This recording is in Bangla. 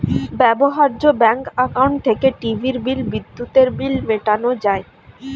ব্যবহার্য ব্যাঙ্ক অ্যাকাউন্ট থেকে টিভির বিল, বিদ্যুতের বিল মেটানো যায়